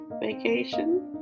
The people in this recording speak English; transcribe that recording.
vacation